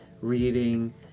reading